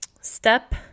Step